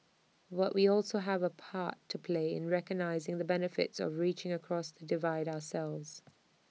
but we also have A part to play in recognising the benefits of reaching across the divide ourselves